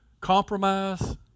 Compromise